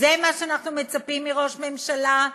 זה מה שאנחנו מצפים מראש ממשלה?